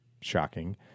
shocking